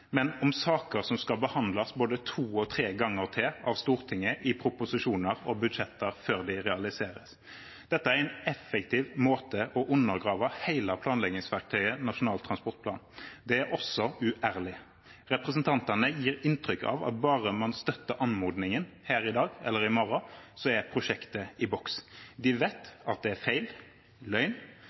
men om saker som skal behandles både to og tre ganger til av Stortinget i proposisjoner og budsjetter før de realiseres. Dette er en effektiv måte å undergrave hele planleggingsverktøyet Nasjonal transportplan på. Det er også uærlig. Representantene gir inntrykk av at bare man støtter anmodningen her i dag, eller i morgen, er prosjektet i boks. De vet at det er feil, løgn,